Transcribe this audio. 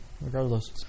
regardless